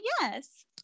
yes